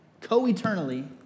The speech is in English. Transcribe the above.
co-eternally